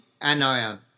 anion